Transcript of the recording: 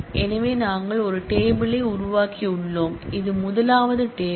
எனவே நாங்கள் ஒரு டேபிள் யை உருவாக்கியுள்ளோம் இது முதலாவது டேபிள்